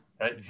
Right